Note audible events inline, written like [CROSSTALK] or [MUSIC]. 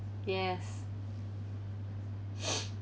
yes [NOISE]